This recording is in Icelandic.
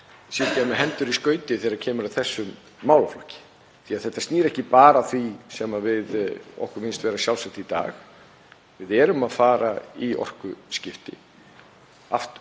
sitja með hendur í skauti þegar kemur að þessum málaflokki. Þetta snýr ekki bara að því sem okkur finnst vera sjálfsagt í dag. Við erum að fara í orkuskipti